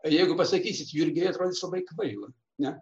o jeigu pasakysit jurgiai atrodys labai kvaila ne